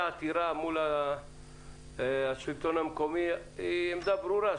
העתירה מול השלטון המקומי היא עמדה ברורה.